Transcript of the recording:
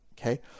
Okay